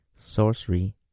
sorcery